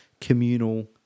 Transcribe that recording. communal –